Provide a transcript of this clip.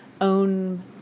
own